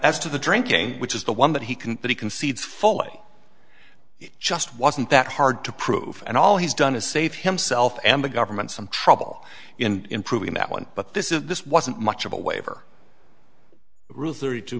to the drinking which is the one that he can but he concedes fully just wasn't that hard to prove and all he's done to save himself and the government some trouble in improving that one but this is this wasn't much of a waiver rule thirty two